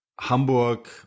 Hamburg